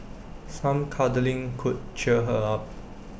some cuddling could cheer her up